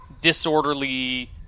disorderly